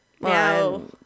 Now